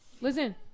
Listen